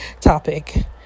topic